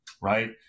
right